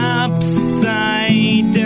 upside